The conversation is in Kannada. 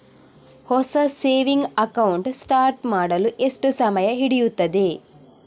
ಹೊಸ ಸೇವಿಂಗ್ ಅಕೌಂಟ್ ಸ್ಟಾರ್ಟ್ ಮಾಡಲು ಎಷ್ಟು ಸಮಯ ಹಿಡಿಯುತ್ತದೆ?